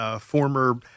former